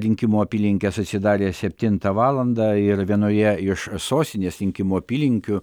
rinkimų apylinkės atsidarė septintą valandą ir vienoje iš sostinės rinkimų apylinkių